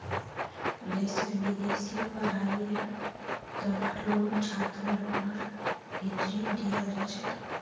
जैसे विदेशी पढ़ाईयेर तना लोन छात्रलोनर भीतरी दियाल जाछे